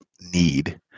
need